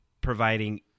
providing